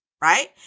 right